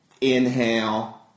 inhale